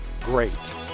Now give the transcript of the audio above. great